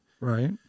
Right